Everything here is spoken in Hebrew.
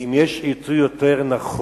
אם יש עיתוי יותר נכון,